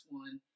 one